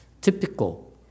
typical